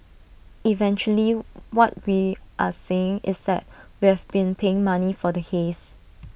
eventually what we are saying is that we have been paying money for the haze